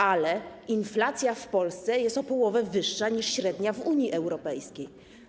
Ale inflacja w Polsce jest o połowę wyższa niż średnia w Unii Europejskiej.